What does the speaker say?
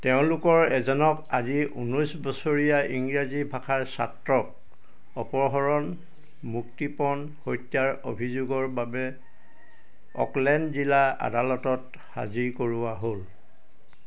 তেওঁলোকৰ এজনক আজি ঊনৈছ বছৰীয়া ইংৰাজী ভাষাৰ ছাত্ৰক অপহৰণ মুক্তিপণ হত্যাৰ অভিযোগৰ বাবে অকলেণ্ড জিলা আদালতত হাজিৰ কৰোৱা হ'ল